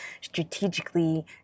strategically